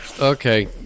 Okay